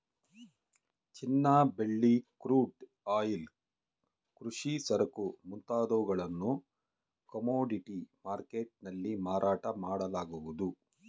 ಚಿನ್ನ, ಬೆಳ್ಳಿ, crude oil, ಕೃಷಿ ಸರಕು ಮುಂತಾದವುಗಳನ್ನು ಕಮೋಡಿಟಿ ಮರ್ಕೆಟ್ ನಲ್ಲಿ ಮಾರಾಟ ಮಾಡಲಾಗುವುದು